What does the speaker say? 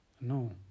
No